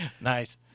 Nice